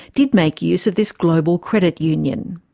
did make use of this global credit union.